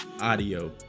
audio